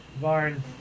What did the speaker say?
Varn